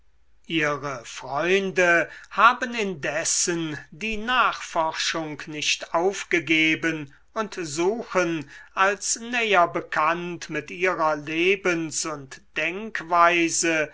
ihre freunde haben indessen die nachforschung nicht aufgegeben und suchen als näher bekannt mit ihrer lebens und denkweise